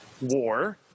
war